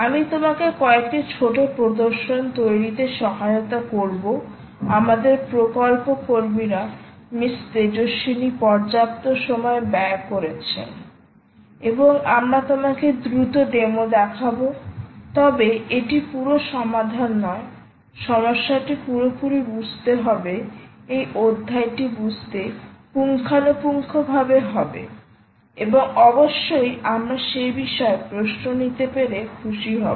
আমি তোমাকে কয়েকটি ছোট প্রদর্শন তৈরিতে সহায়তা করব আমাদের প্রজেক্ট কর্মীরা মিস তেজস্বিনী পর্যাপ্ত সময় ব্যয় করেছেন এবং আমরা তোমাকে দ্রুত ডেমো দেখাব তবে এটি পুরো সমাধান নয়সমস্যাটি পুরোপুরি বুঝতে হবে এই অধ্যায়টি বুঝতে পুঙ্খানুপুঙ্খভাবে হবে এবং অবশ্যই আমরা সে বিষয়ে প্রশ্ন নিতে পেরে খুশি হব